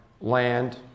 land